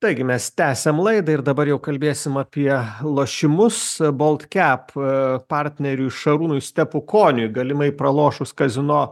taigi mes tęsiam laidą ir dabar jau kalbėsim apie lošimus baltcap partneriui šarūnui stepukoniui galimai pralošus kazino